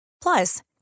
Plus